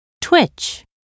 twitch